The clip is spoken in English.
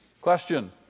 Question